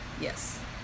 Yes